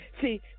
See